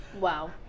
Wow